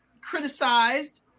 criticized